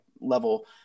level